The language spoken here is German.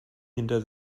hinter